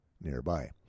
nearby